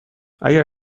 اگر